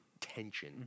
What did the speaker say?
Tension